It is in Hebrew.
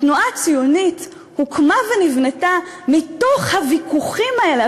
התנועה הציונית הוקמה ונבנתה מתוך הוויכוחים האלה,